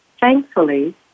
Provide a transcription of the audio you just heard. Thankfully